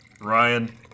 Ryan